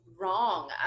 wrong